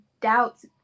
doubts